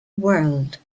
world